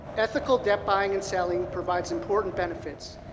ethnical debt buying and selling provides important benefits,